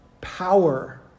power